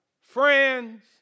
Friends